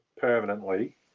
permanently